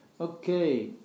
Okay